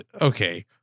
okay